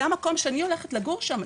זה המקום שאני הולכת לגור שם.